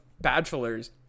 bachelor's